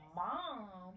mom